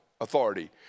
authority